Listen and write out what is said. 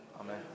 Amen